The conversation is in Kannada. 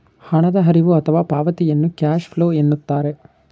ಹಣದ ಹರಿವು ಅಥವಾ ಪಾವತಿಯನ್ನು ಕ್ಯಾಶ್ ಫ್ಲೋ ಎನ್ನುತ್ತಾರೆ